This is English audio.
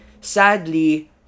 sadly